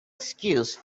excuse